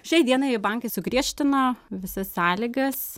šiai dienai bankai sugriežtino visas sąlygas